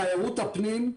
תיירות הפנים,